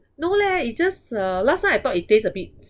no leh it's just uh last time I thought it taste a bit